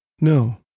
No